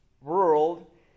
world